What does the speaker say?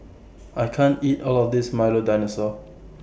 I can't eat All of This Milo Dinosaur